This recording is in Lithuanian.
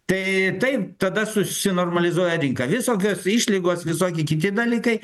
tai taip tada susinormalizuoja rinka visokios išlygos visoki kiti dalykai